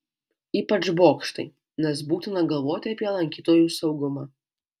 ypač bokštai nes būtina galvoti apie lankytojų saugumą